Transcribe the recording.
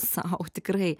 sau tikrai